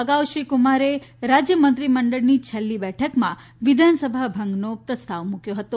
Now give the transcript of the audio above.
અગાઉ શ્રી કુમારે રાજ્યમંત્રી મંડળની છેલ્લી બેઠકમાં વિધનસભા ભંગનો પ્રસ્તાવ મુક્યો હતો